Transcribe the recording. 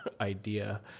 idea